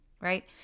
right